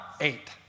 eight